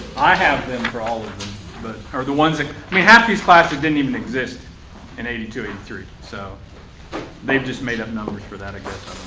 i have them for all of them. but or the ones i mean half these classes didn't even exist in eighty two eighty three. so they just made up numbers for that